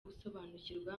gusobanukirwa